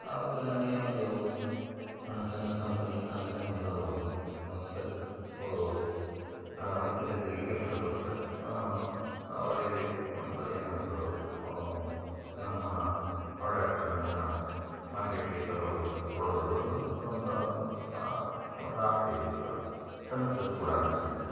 ಆವಾಗ ನನಗೆ ಒಂದು ಒಂದು ನನ್ನ ಸಣ್ಣ ಕಂಪನಿ ಅಂದರೆ ಒಂದು ಸ ನಾನು ಹತ್ತು ಜನರಿಗೆ ಕೆಲಸ ಕೊಟ್ಟು ಅವರಿಗೆ ಒಂದು ಏನಾದ್ರೂ ನಮ್ಮ ಪ್ರಾಡಕ್ಟ್ಗಳನ್ನು ಮಾರ್ಕೆಟಿಗೆ ತರೋದು ಕೊಡೋದು ಅನ್ನೋದು ಒಂದು ಒಂದು ಆಸೆಯಿತ್ತು ಕನಸ್ಸು ಕೂಡ ನನಗೆ ಅದು